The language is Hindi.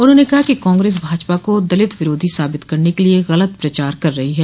उन्होंने कहा कि कांग्रेस भाजपा को दलित विरोधी साबित करने के लिये ग़लत प्रचार कर रही है